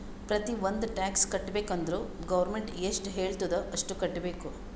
ಪ್ರತಿ ಒಂದ್ ಟ್ಯಾಕ್ಸ್ ಕಟ್ಟಬೇಕ್ ಅಂದುರ್ ಗೌರ್ಮೆಂಟ್ ಎಷ್ಟ ಹೆಳ್ತುದ್ ಅಷ್ಟು ಕಟ್ಟಬೇಕ್